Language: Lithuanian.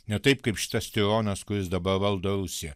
ne taip kaip šitas tironas kuris dabar valdo rusiją